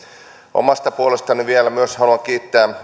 omasta puolestani vielä myös haluan kiittää